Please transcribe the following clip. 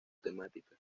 temática